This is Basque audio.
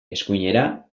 eskuinera